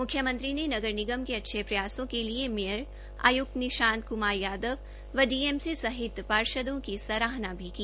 मुख्यमंत्री ने नगर निगम के अच्छे प्रयासों के लिए मेयर आयुक्त निशांत कुमार यादव व डीएमसी सहित पार्षदो की सराहना भी की